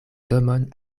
domon